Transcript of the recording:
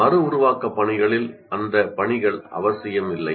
மறு உருவாக்கம் பணிகளில் அந்த பணிகள் அவசியமில்லை